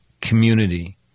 community